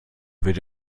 wird